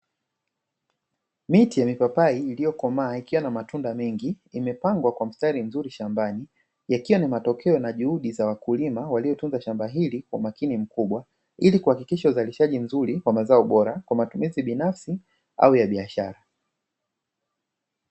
Miti ya mipapai iliyokomaa ikiwa na matunda mengi imepangwa kwa mstari mzuri shambani, yakiwa ni matokeo na juhudi za wakulima waliotunza shamba hili kwa umakini mkubwa ili kuhakikisha uzalishaji mzuri kwa mazao bora kwa matumizi binafsi au ya biashara.